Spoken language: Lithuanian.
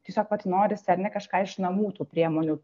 tiesiog vat norisi ar ne kažką iš namų tų priemonių